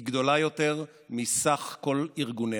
היא גדולה יותר מסך כל ארגוניה.